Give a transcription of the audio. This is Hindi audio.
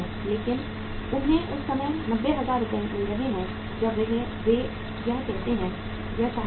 लेकिन उन्हें उस समय 90000 रुपये मिल रहे हैं जब वे यह चाहते हैं